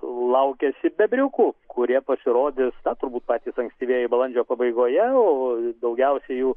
laukiasi bebriukų kurie pasirodys na turbūt patys ankstyvieji balandžio pabaigoje o daugiausiai jų